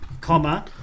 Comma